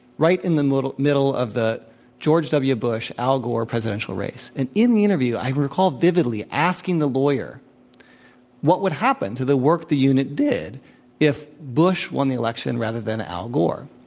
right in the middl e of the george w. bush al gore presidential race. and in the interview, i recall vividly asking the lawyer what would happen to the work the unit did if bush won the election rather than al gore.